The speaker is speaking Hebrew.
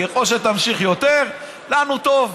ככל שתמשיך יותר, לנו טוב.